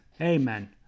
Amen